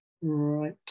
Right